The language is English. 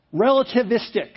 relativistic